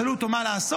שאלו אותו מה לעשות,